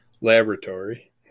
laboratory